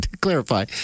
clarify